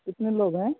कितने लोग हैं